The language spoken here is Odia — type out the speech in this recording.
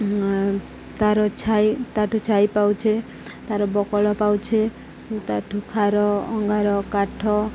ତାର ଛାଇ ତା'ଠୁ ଛାଇ ପାଉଛେ ତାର ବକଳ ପାଉଛେ ତା'ଠୁ ଖାର ଅଙ୍ଗାର କାଠ